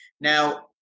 Now